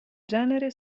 genere